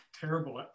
terrible